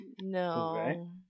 No